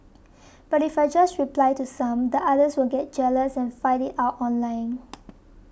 but if I just reply to some the others will get jealous and fight it out online